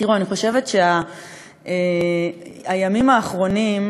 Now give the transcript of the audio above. תראו, אני חושבת שהימים האחרונים,